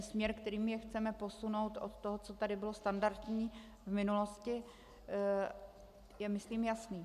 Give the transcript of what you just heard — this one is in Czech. Směr, kterými je chceme posunout, od toho, co tu bylo standardní v minulosti, je myslím jasný.